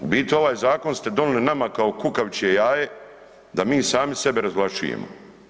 U biti, ovaj zakon ste donijeli nama kao kukavičje jaje da mi sami sebe razvlašćujemo.